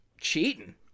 Cheating